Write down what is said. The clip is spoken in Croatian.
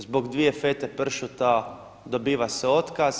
Zbog dvije fete pršuta dobiva se otkaz.